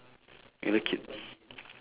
you like it